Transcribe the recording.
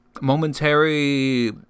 momentary